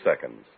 seconds